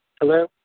Hello